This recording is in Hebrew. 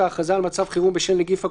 ההכרזה על מצב החירום בשל נגיף הקורונה,